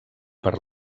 per